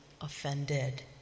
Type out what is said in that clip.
offended